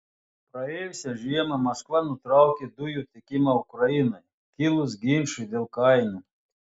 praėjusią žiemą maskva nutraukė dujų tiekimą ukrainai kilus ginčui dėl kainų